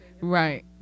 Right